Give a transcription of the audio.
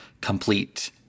complete